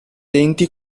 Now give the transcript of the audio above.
denti